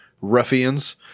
ruffians